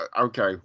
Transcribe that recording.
okay